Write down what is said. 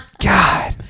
God